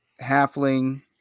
Halfling